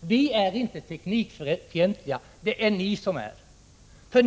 Vi är inte teknikfientliga. Det är ni som är det.